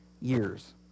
years